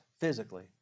physically